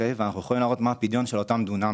ואנחנו יכולים להראות מה הפדיון של אותם דונם,